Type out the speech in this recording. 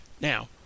Now